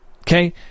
Okay